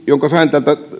jonka sain tältä